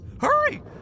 Hurry